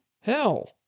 Hell